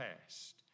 past